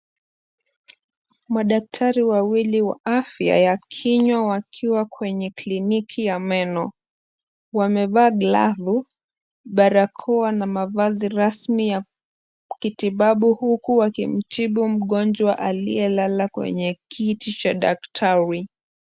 Madaktari wawili wa afya ya kinywa wakiwa kwenye kliniki ya meno. Wamevaa glavu, barakoa na mavazi rasmi ya kitibabu huku wakimtibu mgonjwa aliyelala kwenye kiti cha daktari.